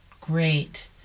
great